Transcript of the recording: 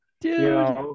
Dude